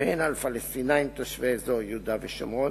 והן על פלסטינים תושבי אזור יהודה ושומרון,